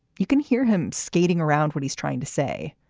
you can hear him skating around what he's trying to say,